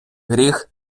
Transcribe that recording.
гріх